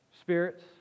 spirits